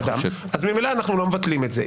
אז ממילא אנחנו לא מבטלים את זה.